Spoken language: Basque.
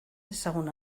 dezagun